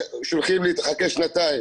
שולחים לי, תחכה שנתיים.